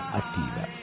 attiva